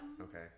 okay